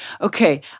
Okay